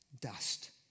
dust